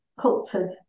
cultured